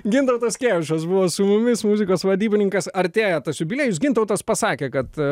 gintautas kėvišas buvo su mumis muzikos vadybininkas artėja tas jubiliejus gintautas pasakė kad